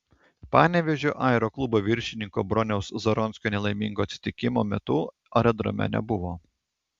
panevėžio aeroklubo viršininko broniaus zaronskio nelaimingo atsitikimo metu aerodrome nebuvo